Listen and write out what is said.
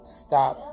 stop